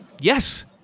Yes